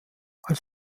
als